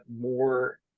more